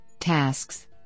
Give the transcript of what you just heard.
tasks